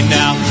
now